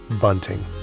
Bunting